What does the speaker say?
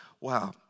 Wow